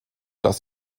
dass